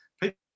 People